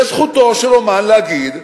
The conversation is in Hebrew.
וזכותו של אמן להגיד: